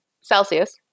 Celsius